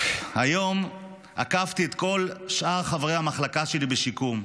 והיום עקפתי את כל שאר חברי המחלקה שלי בשיקום.